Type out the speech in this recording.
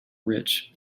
rich